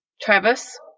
Travis